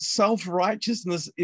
self-righteousness